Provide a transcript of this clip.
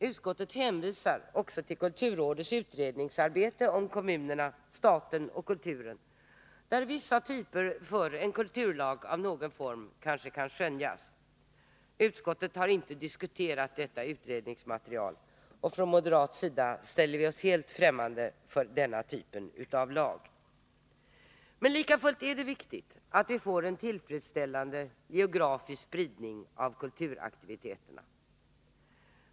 Utskottet hänvisar till kulturrådets utredningsarbete om kommunerna, staten och kulturen, där vissa sympatier för en kulturlag av någon form kan skönjas. Men utskottet har inte diskuterat detta utredningsmaterial. Från moderat sida ställer vi oss helt främmande för denna typ av lag. Likafullt är det viktigt att vi får en tillfredsställande geografisk spridning av kulturaktiviteterna.